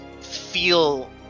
feel